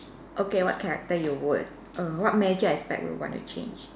okay what character you would err what major aspect would you want to change